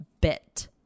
bit